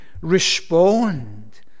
respond